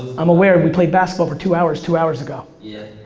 i'm aware. we played basketball for two hours, two hours ago. yeah,